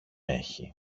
έχει